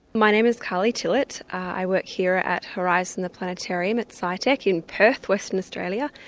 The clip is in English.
my name is carley tillet. i work here at horizon, the planetarium at scitech in perth, western australia,